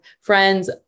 friends